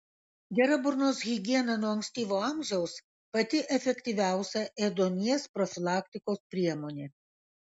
gera burnos higiena nuo ankstyvo amžiaus pati efektyviausia ėduonies profilaktikos priemonė